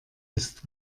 ist